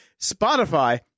spotify